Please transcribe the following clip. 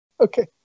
Okay